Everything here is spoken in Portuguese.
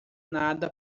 nada